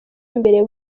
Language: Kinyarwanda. imbere